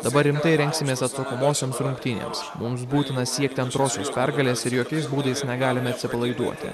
dabar rimtai rengsimės atsakomosioms rungtynėms mums būtina siekti antrosios pergalės ir jokiais būdais negalime atsipalaiduoti